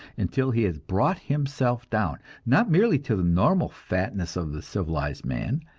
until he has brought himself down, not merely to the normal fatness of the civilized man,